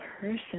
person